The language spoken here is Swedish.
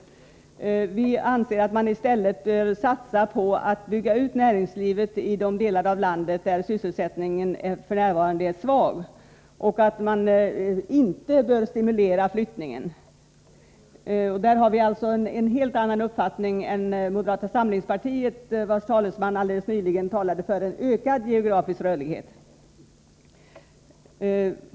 Vi anser att man i stället bör satsa på att bygga ut näringslivet i de delar av landet, där sysselsättningen f. n. är svag och att flyttning inte bör stimuleras. Här har vi alltså en helt annan uppfattning än moderata samlingspartiet, vars talesman alldeles nyligen pläderade för en ökning av den geografiska rörligheten.